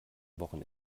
wochen